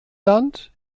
land